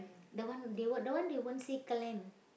the one they won't the one they won't say clam